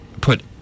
put